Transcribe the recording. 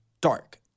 dark